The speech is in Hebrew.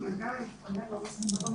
היא זהה להורים בסיכון,